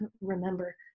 remember